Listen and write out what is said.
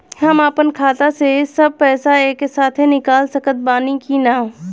हम आपन खाता से सब पैसा एके साथे निकाल सकत बानी की ना?